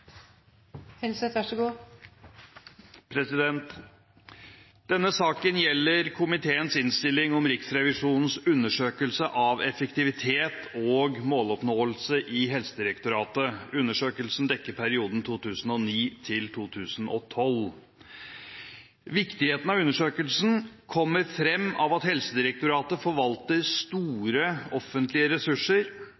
Denne saken gjelder komiteens innstilling om Riksrevisjonens undersøkelse av effektivitet og måloppnåelse i Helsedirektoratet. Undersøkelsen dekker perioden 2009–2012. Viktigheten av undersøkelsen kommer av at Helsedirektoratet forvalter